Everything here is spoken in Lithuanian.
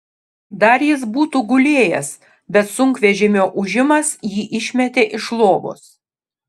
dar jis būtų gulėjęs bet sunkvežimio ūžimas jį išmetė iš lovos